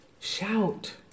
Shout